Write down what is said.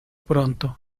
pronto